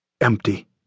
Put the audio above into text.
Empty